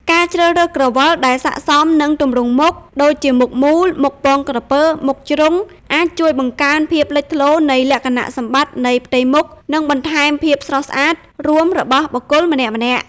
ការជ្រើសរើសក្រវិលដែលស័ក្តិសមនឹងទម្រង់មុខ (ដូចជាមុខមូល មុខពងក្រពើ មុខជ្រុង) អាចជួយបង្កើនភាពលេចធ្លោនៃលក្ខណៈសម្បត្តិនៃផ្ទៃមុខ និងបន្ថែមភាពស្រស់ស្អាតរួមរបស់បុគ្គលម្នាក់ៗ។